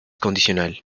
condicional